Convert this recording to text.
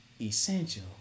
essential